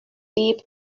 deep